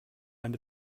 eine